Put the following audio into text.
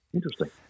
Interesting